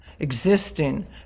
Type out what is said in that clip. existing